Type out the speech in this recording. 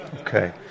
Okay